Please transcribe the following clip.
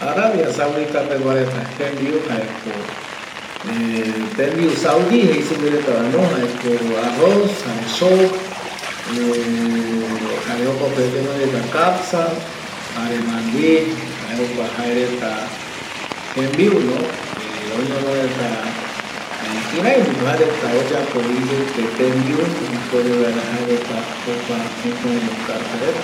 Arabia Saudita y tembiu jaeko ˂Hesitation˃ tembiu Saudi jeireta supe va jaeko arroz jare zo jare jokope oñonoreta capza jare mandi jae jokua reta jembiu, kireiko jaereta oyapo jou tembiu ipuere vaera jokua jukurei joureta.